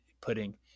putting